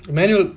manual